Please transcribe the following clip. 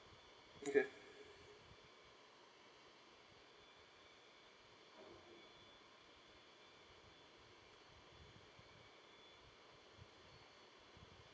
okay